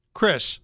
Chris